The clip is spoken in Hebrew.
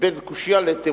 בין קושיה לתירוץ,